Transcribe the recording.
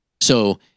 So-